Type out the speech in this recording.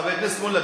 חבר הכנסת מולה,